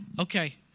okay